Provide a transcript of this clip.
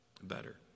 better